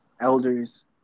elders